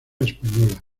española